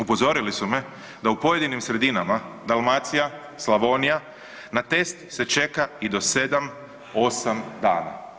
Upozorili su me da u pojedinim sredinama, Dalmacija, Slavonija na test se čeka i na 7-8 dana.